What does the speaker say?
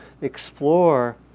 explore